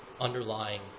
underlying